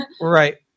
Right